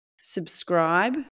Subscribe